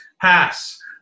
pass